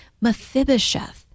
Mephibosheth